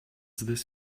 this